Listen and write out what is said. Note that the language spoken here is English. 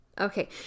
Okay